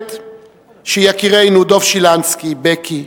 הכנסת שיקירנו דב שילנסקי, בֶּקי,